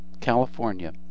California